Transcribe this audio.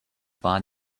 find